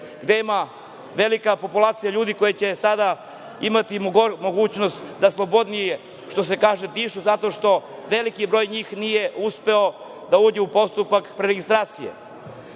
gde ima velika populacija ljudi koji će sada imati mogućnost da slobodnije, što se kaže, dišu zato što veliki broj njih nije uspeo da uđe u postupak preregistracije. Ovo